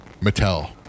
Mattel